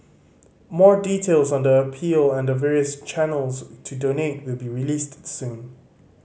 more details on the appeal and the various channels to donate will be released soon